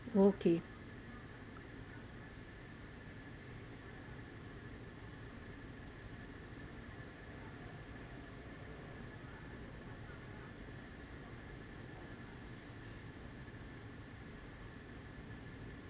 okay